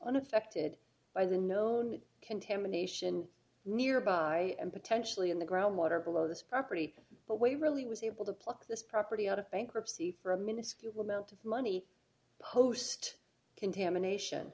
unaffected by the known contamination nearby and potentially in the groundwater below this property but we really was able to pluck this property out of bankruptcy for a miniscule amount of money post contamination